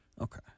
Okay